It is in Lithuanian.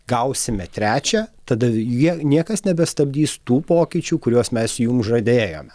gausime trečią tada jie niekas nebestabdys tų pokyčių kuriuos mes jum žadėjome